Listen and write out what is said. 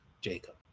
Jacob